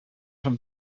from